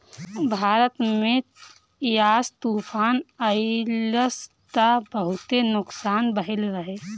भारत में यास तूफ़ान अइलस त बहुते नुकसान भइल रहे